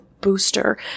booster